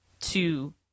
two